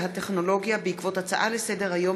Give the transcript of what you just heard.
והטכנולוגיה בעקבות הצעה לסדר-היום